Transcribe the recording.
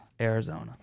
Arizona